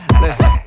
Listen